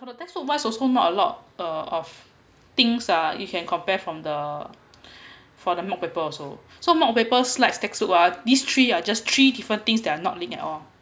for the textbook wise also not a lot the of things ah you can compare from the for the mock paper also so mock paper slides text book ah these three are just three different things that are not linked at all